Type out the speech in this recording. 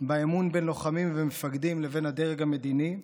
באמון בין לוחמים ומפקדים לבין הדרג המדיני.